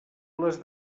les